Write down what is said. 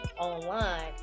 online